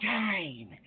time